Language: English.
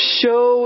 show